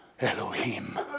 Elohim